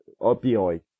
Opioid